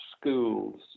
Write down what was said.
schools